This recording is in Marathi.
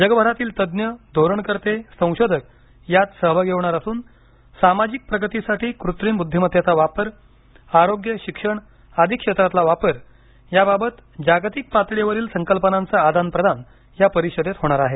जगभरातील तज्ज्ञ धोरणकर्ते संशोधक यात सहभागी होणार असून सामाजिक प्रगतीसाठी कृत्रिम बुद्धीमत्तेचा वापर आरोग्य शिक्षण आदी क्षेत्रात वापर याबाबत जागतिक पातळीवरील संकल्पनांचे आदान प्रदान या परिषदेत होणार आहे